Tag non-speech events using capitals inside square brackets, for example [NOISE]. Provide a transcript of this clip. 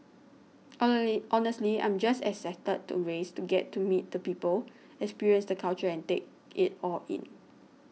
[UNINTELLIGIBLE] honestly I'm just excited to race to get to meet the people experience the culture and take it all in